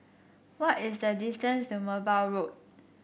what is the distance to Merbau Road